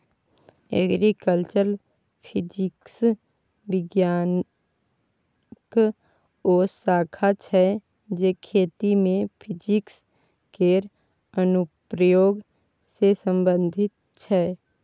agriculture physics बिज्ञानक ओ शाखा छै जे खेती मे फिजिक्स केर अनुप्रयोग सँ संबंधित छै